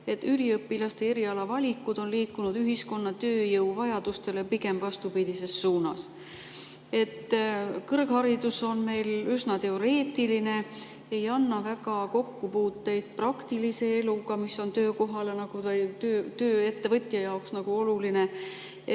üliõpilaste erialavalikud on liikunud ühiskonna tööjõuvajadustele pigem vastupidises suunas. Kõrgharidus on meil üsna teoreetiline, ei anna väga kokkupuuteid praktilise eluga, mis on tööettevõtja jaoks oluline,